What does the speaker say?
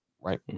Right